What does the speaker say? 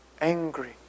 angry